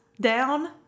down